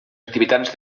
activitats